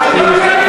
חבר